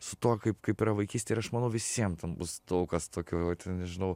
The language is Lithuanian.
su tuo kaip kaip yra vaikystėj ir aš manau visiem ten bus daug kas tokio nežinau